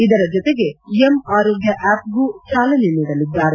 ಇದರ ಜತೆಗೆ M Arogya app ಗೂ ಚಾಲನೆ ನೀಡಲಿದ್ದಾರೆ